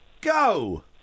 Go